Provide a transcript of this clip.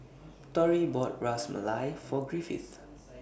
Tory bought Ras Malai For Griffith